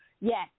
yes